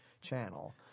channel